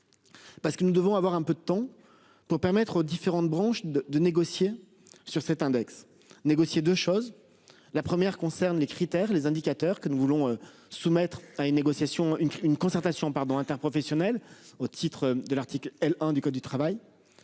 Parce que nous devons avoir un peu de temps pour permettre aux différentes branches de négocier sur cet index négocier de choses, la première concerne les. Critères les indicateurs que nous voulons soumettre à une négociation une une concertation pardon interprofessionnel au titre de l'article L-1 du code du travail.